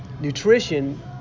nutrition